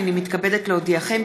הינני מתכבדת להודיעכם,